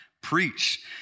Preach